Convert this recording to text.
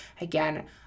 Again